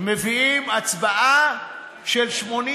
מביאים הצבעה של 81